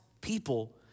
people